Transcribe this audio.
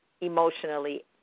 emotionally